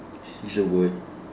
use a word